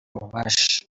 ububasha